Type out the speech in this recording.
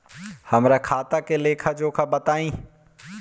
हमरा खाता के लेखा जोखा बताई?